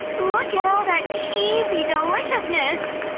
look at all that cheesy deliciousness!